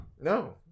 No